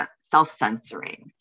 self-censoring